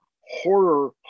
horror